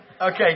Okay